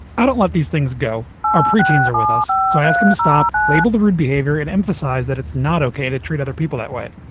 i don't let these things go. our pre-teens are with us, so i ask them to stop, label the rude behavior and emphasize that it's not ok to treat other people that way.